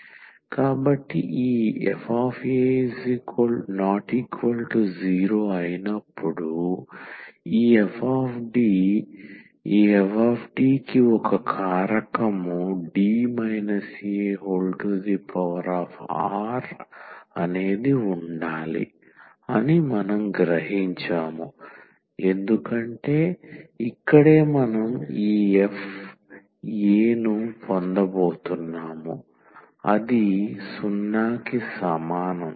కాబట్టి ఈ fa≠0 అయినప్పుడు ఈ f ఈ f కి ఒక కారకం D ar ఉండాలి అని మనం గ్రహించాము ఎందుకంటే ఇక్కడే మనం ఈ f a ను పొందబోతున్నాం అది 0 కి సమానం